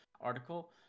article